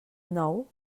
nou